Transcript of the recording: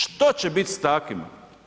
Što će biti s takvima?